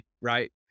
right